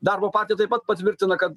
darbo partija taip pat patvirtina kad